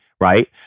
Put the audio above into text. right